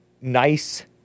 nice